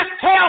tell